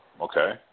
Okay